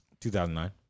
2009